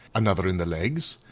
another in the legs,